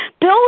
Bill